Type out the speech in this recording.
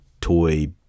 toy